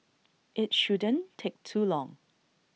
IT shouldn't take too long